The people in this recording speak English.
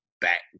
back